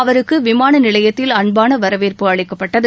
அவருக்கு விமான நிலையத்தில் அன்பான வரவேற்பு அளிக்கப்பட்டது